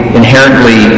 inherently